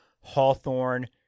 Hawthorne